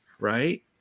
right